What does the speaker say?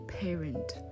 parent